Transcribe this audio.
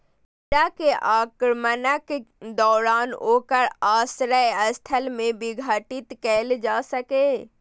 कीड़ा के आक्रमणक दौरान ओकर आश्रय स्थल कें विघटित कैल जा सकैए